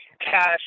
Cash